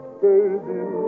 baby